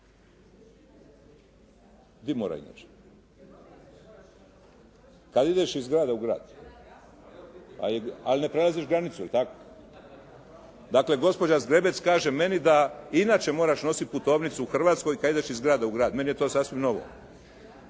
Di moraju ići? Kad ideš iz grada u grad. Ali ne prelaziš granicu, jel tako? Dakle, gospođa Zgrebec kaže meni da inače moraš nositi putovnicu u Hrvatskoj kad ideš iz grada u grad. Meni je to sasvim novo.